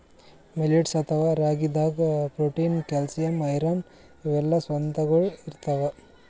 millets ಅಥವಾ ರಾಗಿದಾಗ್ protein, calcium, iron ಇವೆಲ್ಲಾ ಸತ್ವಗೊಳ್ ಇರ್ತವ್